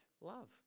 love